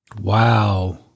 Wow